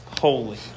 holy